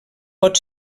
pot